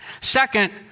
Second